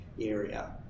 area